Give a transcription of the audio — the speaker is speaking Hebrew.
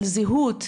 על זהות,